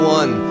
one